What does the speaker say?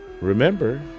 remember